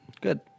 Good